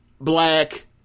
black